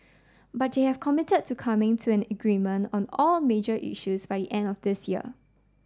but they have committed to coming to an agreement on all major issues by the end of this year